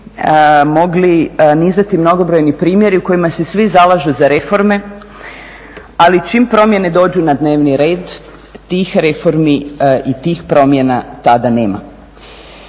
mogli nizati mnogobrojni primjeri u kojima se svi zalažu za reforme, ali čim promjene dođu na dnevni red tih reformi i tih promjena tada nema.